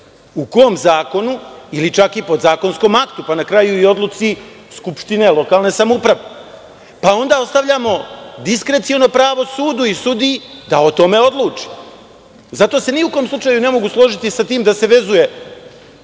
u kome zakonu ili čak podzakonskom aktu, pa na kraju i odluci skupštine lokalne samouprave. Onda ostavljamo diskreciono pravo sudu i sudiji da o tome odluči. Zato se ni u kom slučaju ne mogu složiti sa tim da se